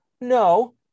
no